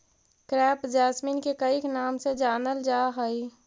crepe jasmine के कईक नाम से जानलजा हइ